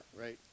right